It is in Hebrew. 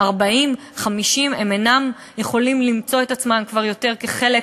יכול היה להיות הרבה יותר גרוע,